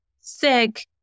sick